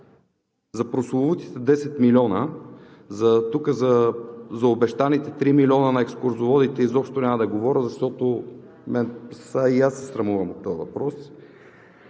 за прословутите 10 млн. лв. Тук за обещаните 3 млн. лв. на екскурзоводите изобщо няма да говоря, защото и аз се срамувам от този въпрос.